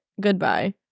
goodbye